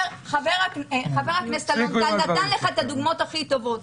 חבר הכנסת אלון טל נתן לך את הדוגמאות הכי טובות.